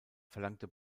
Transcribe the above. verlangte